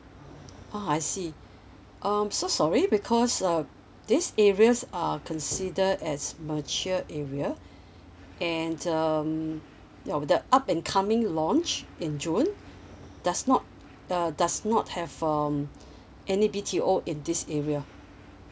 ah I see um so sorry because uh this areas uh consider as mature area and um the um ya with the up and coming launch in june does not uh does not have um any B_T_O in this area